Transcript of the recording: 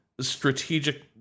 strategic